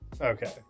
Okay